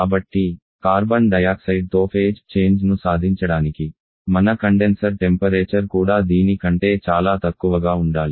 కాబట్టి కార్బన్ డయాక్సైడ్తో phase change ను సాధించడానికి మన కండెన్సర్ టెంపరేచర్ కూడా దీని కంటే చాలా తక్కువగా ఉండాలి